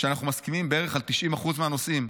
שאנחנו מסכימים על בערך 90% מהנושאים.